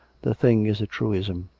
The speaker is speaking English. the thing is a truism.